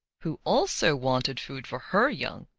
who also wanted food for her young,